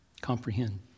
Comprehend